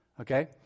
Okay